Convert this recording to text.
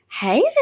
hey